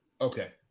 Okay